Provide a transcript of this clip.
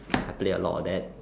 I play a lot of that